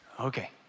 Okay